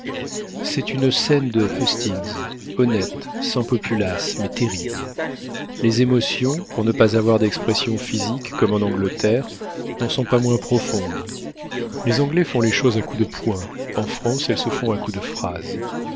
c'est une scène de hustings honnête sans populace mais terrible les émotions pour ne pas avoir d'expression physique comme en angleterre n'en sont pas moins profondes les anglais font les choses à coups de poings en france elles se font à coups de phrases